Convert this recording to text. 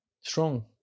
strong